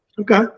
Okay